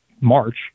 March